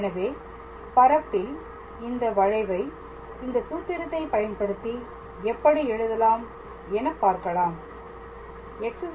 எனவே பரப்பில் இந்த வளைவை இந்த சூத்திரத்தை பயன்படுத்தி எப்படி எழுதலாம் என பார்க்கலாம்